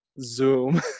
Zoom